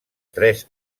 tres